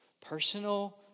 Personal